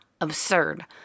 absurd